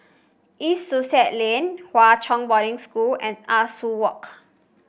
East Sussex Lane Hwa Chong Boarding School and Ah Soo Walk